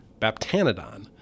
Baptanodon